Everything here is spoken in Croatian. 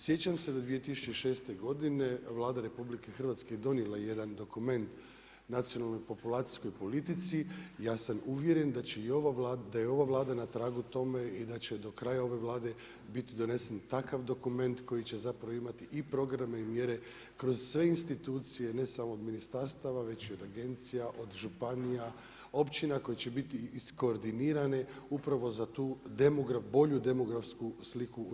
Sjećam se da 2006. godine, Vlada RH je donijela jedna dokument nacionalnoj populacijskoj politici, ja sam uvjeren da je ova Vlada na tragu tome, i da će do kraja ove Vlade biti donesen takav dokument koji će zapravo imati i programe i mjere kroz sve institucije ne samo od ministarstava već i od agencija, od županija, općina koje će biti iskoordinirane upravu za tu bolju demografsku sliku u RH.